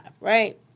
right